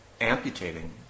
amputating